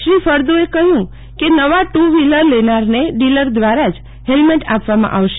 શ્રી ફળદ્દએ કહ્યું કે નવાં ટ્ટ વ્હીલર લેનારને ડીલર દ્વારા જ હેલમેટ આપવામાં આવશે